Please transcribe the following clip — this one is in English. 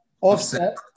Offset